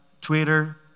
Twitter